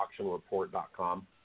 auctionreport.com